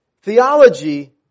theology